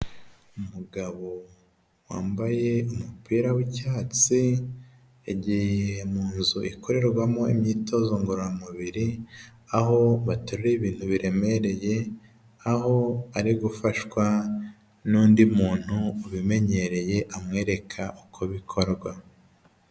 Umugabo wambaye umupira w'icyatsi, yagiye mu nzu ikorerwamo imyitozo ngororamubiri, aho baterura ibintu biremereye, aho ari gufashwa n'undi muntu ubimenyereye, amwereka uko bikorwa.